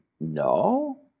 No